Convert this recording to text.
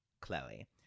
Chloe